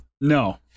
No